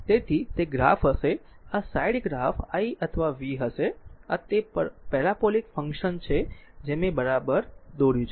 તેથી તે ગ્રાફ હશે આ સાઇડ ગ્રાફ i અથવા v હશે આ તે પેરાબોલિક ફંક્શન છે જે મેં બરાબર દોર્યું છે